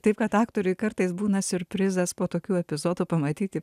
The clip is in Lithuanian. taip kad aktoriui kartais būna siurprizas po tokių epizodų pamatyti